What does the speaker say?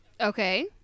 Okay